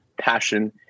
Passion